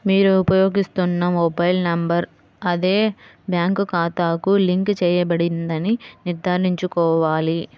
మీరు ఉపయోగిస్తున్న mobile number అదే బ్యాంక్ ఖాతాకు లింక్ చేయబడిందని నిర్ధారించుకోవాలి